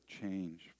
change